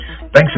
Thanks